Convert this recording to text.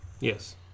Yes